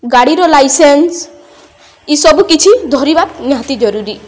ଗାଡ଼ିର ଲାଇସେନ୍ସ ଇସବୁ କିଛି ଧରିବା ନିହାତି ଜରୁରୀ